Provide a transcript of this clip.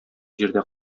җирдә